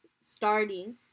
starting